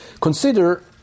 Consider